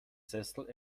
sessel